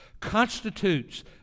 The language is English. constitutes